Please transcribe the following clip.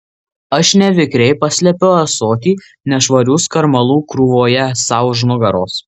aš nevikriai paslepiu ąsotį nešvarių skarmalų krūvoje sau už nugaros